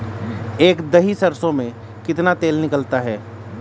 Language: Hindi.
एक दही सरसों में कितना तेल निकलता है?